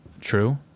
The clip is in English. True